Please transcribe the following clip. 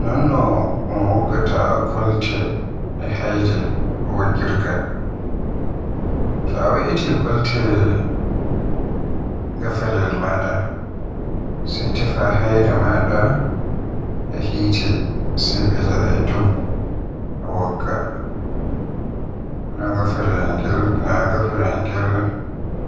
Non no un woggata kolte e hayre woggirga. So a weeiti kolte gafaleyel maada sai tefa hayre maada e hite sa'i bila e dow a wogga, na gafaleyel angel